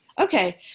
Okay